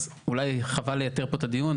אז אולי חבל לייתר פה את הדיון.